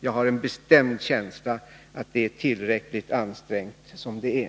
Jag har en bestämd känsla av att läget är tillräckligt ansträngt som det är.